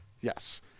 Yes